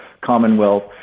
Commonwealth